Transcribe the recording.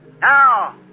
Now